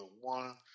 one